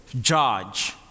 judge